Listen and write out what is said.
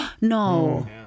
No